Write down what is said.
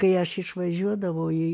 kai aš išvažiuodavau ji